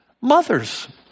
Mothers